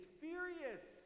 furious